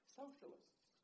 socialists